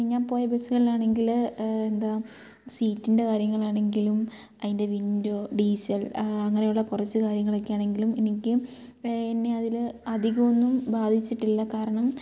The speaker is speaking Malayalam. ഞാൻ പോയ ബസ്സുകളിലാണെങ്കിൽ എന്താ സീറ്റിൻ്റെ കാര്യങ്ങളാണെങ്കിലും അതിൻ്റെ വിൻഡോ ഡീസൽ അങ്ങനെയുള്ള കുറച്ച് കാര്യങ്ങളൊക്കെ ആണെങ്കിലും എനിക്ക് എന്നെ അതിൽ അധികമൊന്നും ബാധിച്ചിട്ടില്ല കാരണം